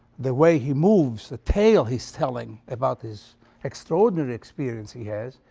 the way he moves, the tale he's telling about this extraordinary experience he has,